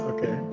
Okay